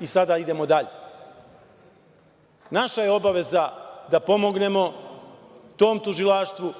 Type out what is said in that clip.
i sada idemo dalje. Naša je obaveza da pomognemo tom tužilaštvu,